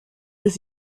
des